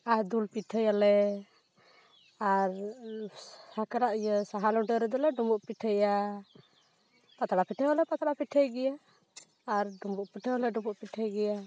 ᱟᱨ ᱫᱩᱞ ᱯᱤᱴᱷᱟᱹᱭᱟᱞᱮ ᱟᱨ ᱥᱟᱠᱨᱟ ᱤᱭᱟᱹ ᱥᱟᱦᱟ ᱞᱩᱰᱟᱹ ᱨᱮᱫᱚᱞᱮ ᱰᱩᱸᱵᱩᱜ ᱯᱤᱴᱷᱟᱹᱭᱟ ᱯᱟᱛᱲᱟ ᱯᱤᱴᱷᱟᱹ ᱦᱚᱸᱞᱮ ᱯᱟᱛᱲᱟ ᱯᱤᱴᱷᱟᱹᱭ ᱜᱮᱭᱟ ᱟᱨ ᱰᱩᱸᱵᱩᱜ ᱯᱤᱴᱷᱟᱹ ᱦᱚᱸᱞᱮ ᱰᱩᱸᱵᱩᱜ ᱯᱤᱴᱷᱟᱹᱭ ᱜᱮᱭᱟ